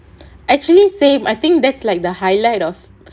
actually same I think that's like the highlight of